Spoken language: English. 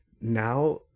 now